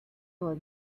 was